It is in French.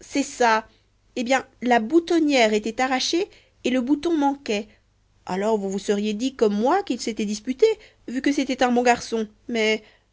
c'est ça eh bien la boutonnière était arrachée et le bouton manquait alors vous vous seriez dit comme moi qu'il s'était disputé vu que c'était un bon garçon mais